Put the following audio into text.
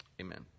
Amen